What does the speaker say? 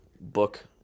book